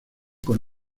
con